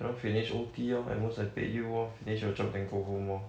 cannot finish O_T orh at most I pay you orh finish your job then go home orh